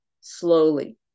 slowly